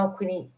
Quindi